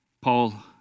Paul